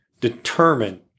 determine